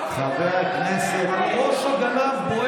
חברת הכנסת רגב.